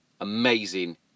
amazing